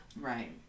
Right